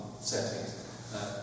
settings